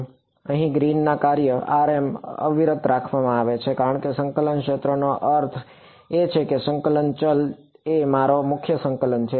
તો અહીં ગ્રીન ના કાર્યrm અવિરત રાખવામાં આવે છે કારણ કે સંકલનના ક્ષેત્રનો અર્થ એ છે કે સંકલનના ચલ એ મારો મુખ્ય સંકલન છે